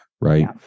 Right